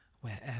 wherever